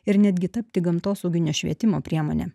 ir netgi tapti gamtosauginio švietimo priemonė